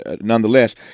nonetheless